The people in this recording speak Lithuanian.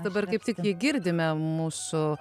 dabar kaip tik jį girdime mūsų